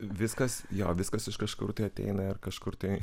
viskas jo viskas iš kažkur tai ateina ir kažkur tai